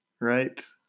right